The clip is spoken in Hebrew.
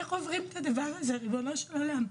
איך עוברים את הדבר הזה, ריבונו של עולם?